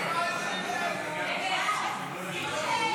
נתקבל.